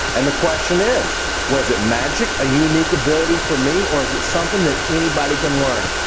and the question is was it magic, a unique ability for me, or is it something that anybody can learn?